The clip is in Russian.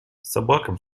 собакам